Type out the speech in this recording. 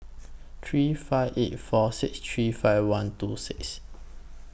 three five eight four six three five one two six